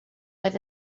oedd